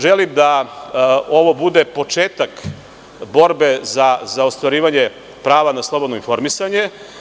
Želim da ovo bude početak borbe za ostvarivanje prava na slobodno informisanje.